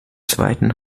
zweiten